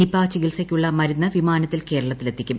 Nipah ചികിത്സക്കുള്ള മരുന്ന് വിമാനത്തിൽ കേരളത്തിലെത്തിക്കും